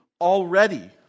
already